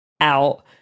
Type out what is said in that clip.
out